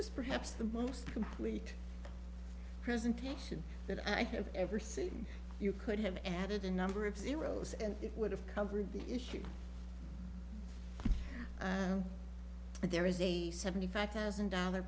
was perhaps the most complete presentation that i have ever seen you could have added a number of zeros and it would have covered the issue but there is a seventy five thousand dollar